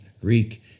Greek